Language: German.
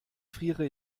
friere